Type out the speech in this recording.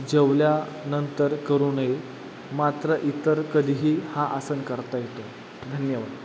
जेवल्यानंतर करू नये मात्र इतर कधीही हा आसन करता येतो धन्यवाद